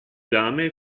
dame